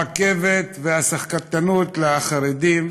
וקיבלנו Black Sunday: חוק הרכבת והסחטנות לחרדים,